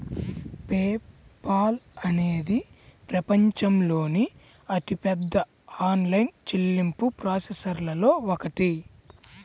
pay Paul అనేది ప్రపంచంలోని అతిపెద్ద ఆన్లైన్ చెల్లింపు ప్రాసెసర్లలో ఒకటి